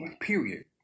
period